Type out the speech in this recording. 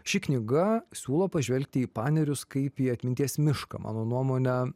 ši knyga siūlo pažvelgti į panerius kaip į atminties mišką mano nuomone